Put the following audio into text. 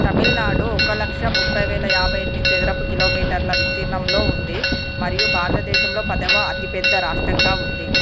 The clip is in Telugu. తమిళ్నాడు ఒక లక్షా ముప్పై వేల యాభై ఎనిమిది చదరపు కిలోమీటర్ల విస్తీర్ణంలో ఉంది మరియు భారతదేశంలో పదవ అతి పెద్ద రాష్ట్రంగా ఉంది